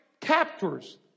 captors